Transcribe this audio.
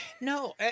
No